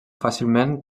fàcilment